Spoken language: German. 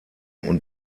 und